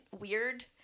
weird